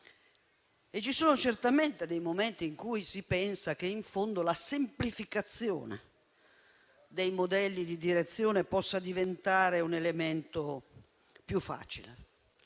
E ci sono certamente dei momenti in cui si pensa che, in fondo, la semplificazione dei modelli di direzione possa diventare un elemento più facile.